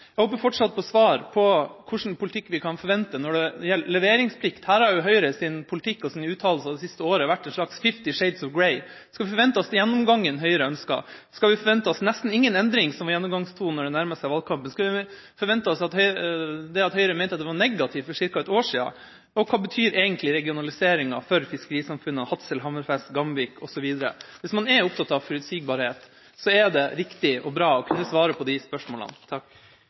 Jeg håper fortsatt på svar på hvilken politikk vi kan forvente når det gjelder leveringsplikt. Her har Høyre i sin politikk og i sine uttalelser det siste året vært et slags «Fifty Shades of Grey». Skal vi forvente oss den gjennomgangen Høyre ønsker? Skal vi forvente oss nesten ingen endring, som er gjennomgangstonen når det nærmer seg valgkamp – det at Høyre mente at det var negativt for ca. ett år siden? Og hva betyr egentlig regionaliseringa for fiskerisamfunnene Hadsel, Hammerfest, Gamvik osv.? Hvis man er opptatt av forutsigbarhet, er det riktig og bra å kunne svare på disse spørsmålene.